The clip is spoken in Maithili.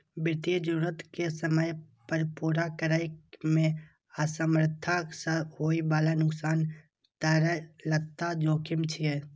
वित्तीय जरूरत कें समय पर पूरा करै मे असमर्थता सं होइ बला नुकसान तरलता जोखिम छियै